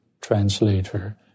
translator